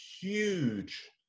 huge